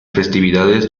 festividades